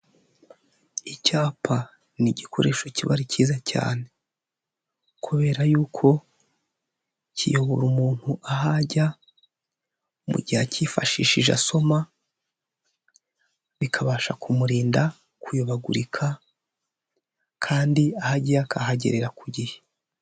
Icyapa ni igikoresho kiba ari cyiza cyane kubera yuko kiyobora umuntu aho ajya mu gihe akifashishije asoma bikabasha kumurinda kuyobagurika kandi aho agiye akahagerera ku gihe.